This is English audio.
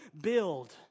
build